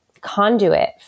conduit